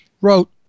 wrote